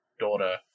Daughter